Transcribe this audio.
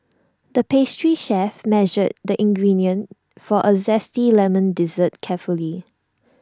the pastry chef measured the ingredients for A Zesty Lemon Dessert carefully